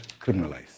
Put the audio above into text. criminalized